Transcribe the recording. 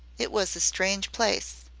it was a strange place.